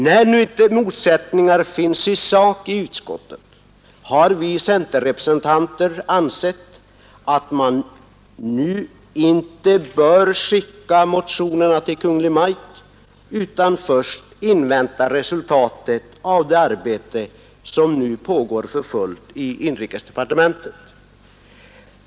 När inte motsättningar finns i sak i utskottet har vi centerrepresentanter ansett att man nu inte bör skicka motionerna till Kungl. Maj:t utan först invänta resultatet av det arbete som pågår för fullt i inrikesdepartementet.